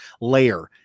layer